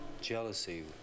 Jealousy